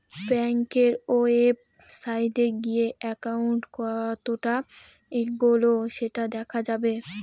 ব্যাঙ্কের ওয়েবসাইটে গিয়ে একাউন্ট কতটা এগোলো সেটা দেখা যাবে